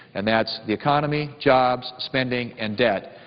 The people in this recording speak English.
and that's the economy, jobs, spending and debt,